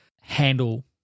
handle